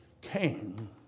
came